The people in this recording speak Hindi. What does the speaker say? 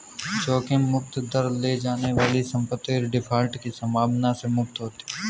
जोखिम मुक्त दर ले जाने वाली संपत्तियाँ डिफ़ॉल्ट की संभावना से मुक्त होती हैं